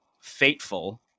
Fateful